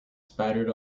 spattered